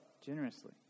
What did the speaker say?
generously